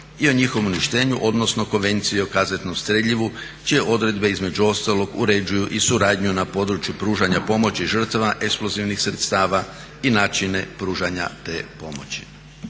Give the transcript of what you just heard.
i o njihovom uništenju, odnosno Konvenciji o kazetnom streljivu čije odredbe između ostalog uređuju i suradnju na području pružanja pomoći žrtava eksplozivnih sredstava i načine pružanja te pomoći.